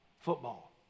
football